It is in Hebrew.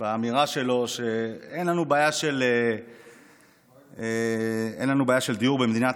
באמירה שלו שאין לנו בעיה של דיור במדינת